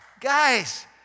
guys